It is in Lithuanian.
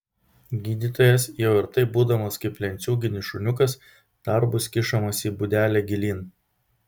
gydytojas jau ir taip būdamas kaip lenciūginis šuniukas dar bus kišamas į būdelę gilyn